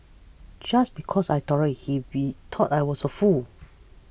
just because I tolerated he be thought I was a fool